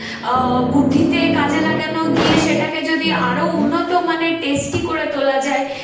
বুদ্ধিতে কাজে লাগানো গিয়ে সেটাকে যদি আরো উন্নত মানে টেস্টি করে তোলে যায়